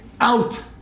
out